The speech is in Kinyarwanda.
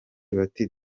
bati